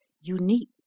unique